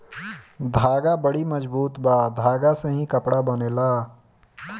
धागा बड़ी मजबूत बा धागा से ही कपड़ा बनेला